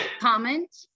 Comment